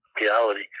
reality